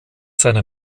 seiner